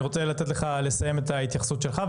אני רוצה לתת לך לסיים את ההתייחסות שלך,